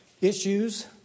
issues